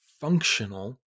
functional